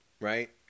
right